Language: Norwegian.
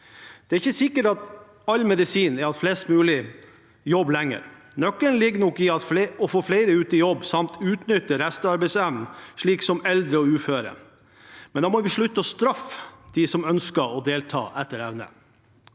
Det er ikke sikkert at all medisin er at flest mulig jobber lenger. Nøkkelen ligger nok i å få flere ut i jobb samt utnytte restarbeidsevnen hos eldre og uføre, men da må vi slutte å straffe dem som ønsker å delta etter evne.